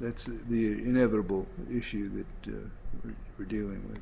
that's the inevitable issue that we're doing with